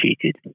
cheated